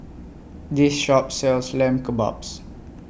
This Shop sells Lamb Kebabs